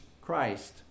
Christ